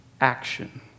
action